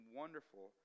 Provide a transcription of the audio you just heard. wonderful